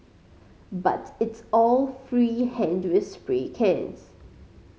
but it's all free hand with spray cans